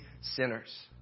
sinners